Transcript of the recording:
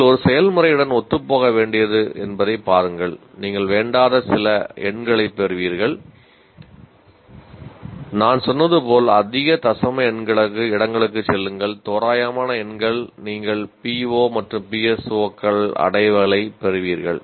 நீங்கள் ஒரு செயல்முறையுடன் ஒத்துப்போக வேண்டியது என்பதைப் பாருங்கள் நீங்கள் வேண்டாத சில எண்களை பெறுவீர்கள் நான் சொன்னது போல் அதிக தசம இடங்களுக்குச் செல்லுங்கள் தோராயமான எண்கள் நீங்கள் PO மற்றும் PSO அடையலைப் பெறுவீர்கள்